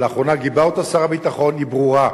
שלאחרונה גיבה אותה שר הביטחון, היא ברורה.